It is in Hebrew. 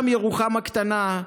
גם ירוחם הקטנה,